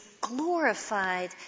glorified